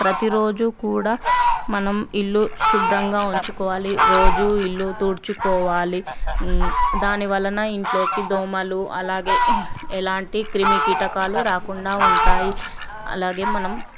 ప్రతిరోజు కూడా మనం ఇల్లు శుభ్రంగా ఉంచుకోవాలి రోజు ఇల్లు తుడుచుకోవాలి దాని వలన ఇంట్లోకి దోమలు అలాగే ఎలాంటి క్రిమికీటకాలు రాకుండా ఉంటాయి అలాగే మనం